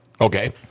Okay